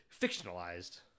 fictionalized